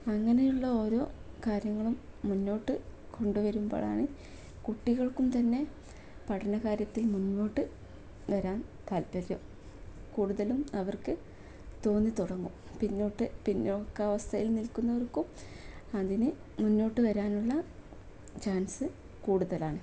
അങ്ങനെയുള്ള ഓരോ കാര്യങ്ങളും മുന്നോട്ടു കൊണ്ടു വരുമ്പോഴാണ് കുട്ടികൾക്കും തന്നെ പഠനകാര്യത്തിൽ മുന്നോട്ടു വരാൻ താൽപര്യം കൂടുതലും അവർക്കു തോന്നി തുടങ്ങും പിന്നോട്ട് പിന്നോക്കാവസ്ഥയിൽ നിൽക്കുന്നവർക്കും അതിന് മുന്നോട്ടു വരാനുള്ള ചാൻസ് കൂടുതലാണ്